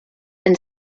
and